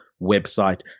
website